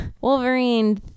Wolverine